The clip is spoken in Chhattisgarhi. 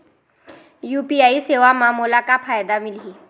यू.पी.आई सेवा म मोला का फायदा मिलही?